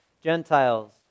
Gentiles